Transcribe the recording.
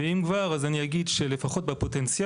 ואם כבר אז אני אגיד שלפחות בפוטנציאל,